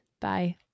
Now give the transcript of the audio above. Bye